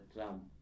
Trump